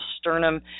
sternum